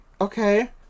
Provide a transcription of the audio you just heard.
Okay